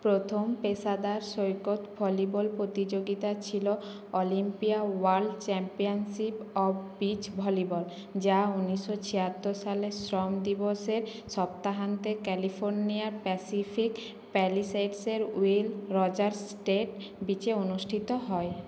প্রথম পেশাদার সৈকত ভলিবল প্রতিযোগিতা ছিলো Olympia world championship of beach volleyball যা উনিশশো ছিয়াত্তর সালে শ্রম দিবসের সপ্তাহান্তে ক্যালিফোর্নিয়ার প্যাসিফিক প্যালিসেডসের উইল রজার্স স্টেট বিচে অনুষ্ঠিত হয়